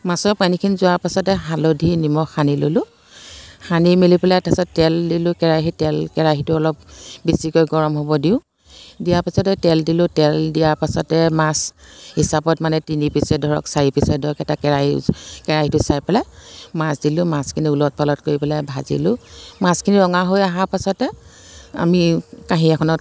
মাছৰ পানীখিনি যোৱাৰ পাছতে হালধি নিমখ সানি ল'লোঁ সানি মেলি পেলাই তাৰ পাছত তেল দিলোঁঁ কেৰাহীত তেল কেৰাহীতো অলপ বেছিকৈ গৰম হ'ব দিওঁ দিয়া পাছতে তেল দিলোঁ তেল দিয়াৰ পাছতে মাছ হিচাপত মানে তিনি পিচেই ধৰক চাৰি পিচেই ধৰক এটা কেৰাহী কেৰাহীটো চাই পেলাই মাছ দিলোঁ মাছখিনি ওলট পালট কৰি পেলাই ভাজিলোঁ মাছখিনি ৰঙা হৈ অহাৰ পাছতে আমি কাঁহী এখনত